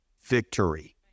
victory